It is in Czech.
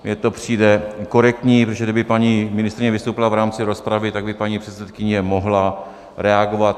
Mně to přijde korektní, protože kdyby paní ministryně vystoupila v rámci rozpravy, tak by paní předsedkyně mohla reagovat.